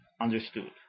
understood